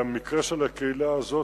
המקרה של הקהילה הזאת,